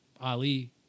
Ali